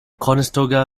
conestoga